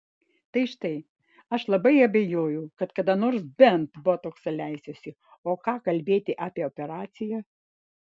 tai štai aš labai abejoju kad kada nors bent botokso leisiuosi o ką kalbėti apie operaciją